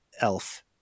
elf